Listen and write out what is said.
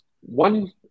One